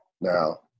Now